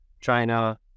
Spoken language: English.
China